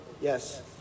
yes